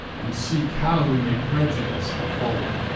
and seeke how we may preiudice the foe.